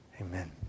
Amen